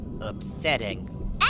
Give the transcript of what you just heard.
Upsetting